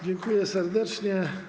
Dziękuję serdecznie.